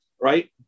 right